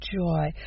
joy